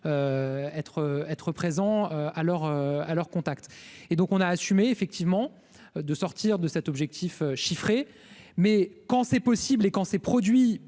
être présent alors alors. Contact et donc on a assumé effectivement de sortir de cet objectif chiffré, mais quand c'est possible et quand ces produits